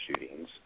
shootings